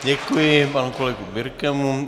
Děkuji panu kolegovi Birkemu.